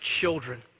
children